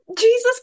Jesus